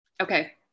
Okay